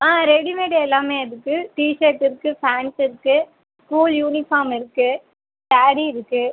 ஆ readymade எல்லாமே இருக்குது T-shirt இருக்குது ஃபேண்ட் இருக்குது ஸ்கூல் யூனிஃபார்ம் இருக்குது ஸாரி இருக்குது